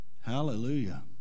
Hallelujah